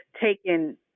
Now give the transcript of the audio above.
taken